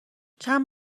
چند